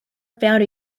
found